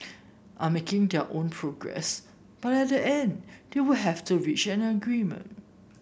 are making their own progress but at the end they will have to reach an agreement